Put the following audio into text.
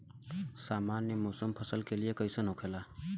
सामान्य मौसम फसल के लिए कईसन होखेला?